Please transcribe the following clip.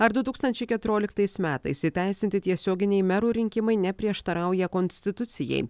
ar du tūkstančiai keturioliktais metais įteisinti tiesioginiai merų rinkimai neprieštarauja konstitucijai